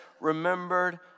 remembered